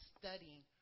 studying